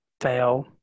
fail